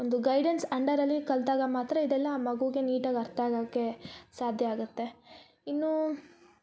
ಒಂದು ಗೈಡೆನ್ಸ್ ಅಂಡರಲ್ಲಿ ಕಲ್ತಾಗ ಮಾತ್ರ ಇದೆಲ್ಲ ಆ ಮಗುಗೆ ನೀಟಾಗ ಅರ್ಥ ಆಗಾಕೆ ಸಾಧ್ಯ ಆಗತ್ತೆ ಇನ್ನೂ